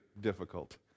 difficult